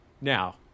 now